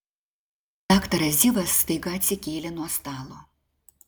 daktaras zivas staiga atsikėlė nuo stalo